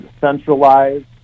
centralized